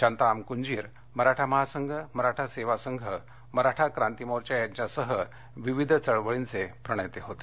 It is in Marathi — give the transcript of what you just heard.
शांताराम बापू कुंजीर मराठा महासंघ मराठा सेवा संघ मराठा क्रांती मोर्चा यांच्यासह विविध चळवळींचे प्रणेते होते